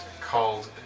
called